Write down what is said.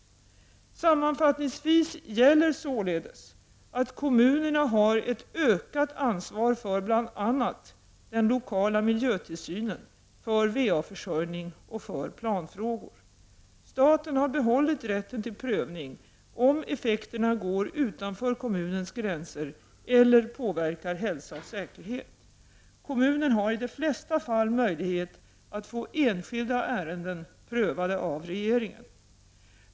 Sammanfattningsvis gäller således att kommunerna har ett ökat ansvar för bl.a. den lokala miljötillsynen, för va-försörjning och för planfrågor. Staten har behållit rätten till prövning om effekterna går utanför kommunens gränser eller påverkar hälsa och säkerhet. Kommunen har i de flesta fall möjlighet att få enskilda ärenden prövade av regeringen.